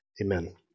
amen